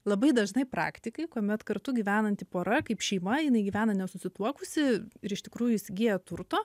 labai dažnai praktikai kuomet kartu gyvenanti pora kaip šeima jinai gyvena nesusituokusi ir iš tikrųjų įsigyja turto